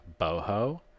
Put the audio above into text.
boho